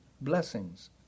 blessings